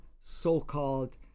so-called